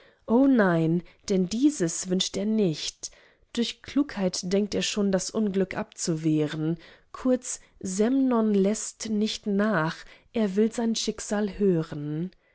o nein denn dieses wünscht er nicht durch klugheit denkt er schon das unglück abzuwehren kurz semnon läßt nicht nach er will sein schicksal hören